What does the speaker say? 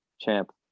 champ